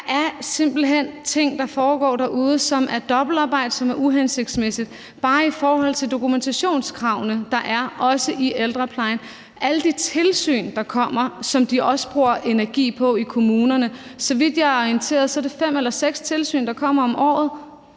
der er simpelt hen nogle ting, der foregår derude, som er dobbeltarbejde, og som er uhensigtsmæssigt. Det er også bare i forhold til dokumentationskravene, der er i ældreplejen, alle de tilsyn, der kommer, og som de også bruger energi på i kommunerne. Så vidt jeg er orienteret, er det fem eller seks tilsyn, der kommer om året.